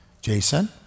Jason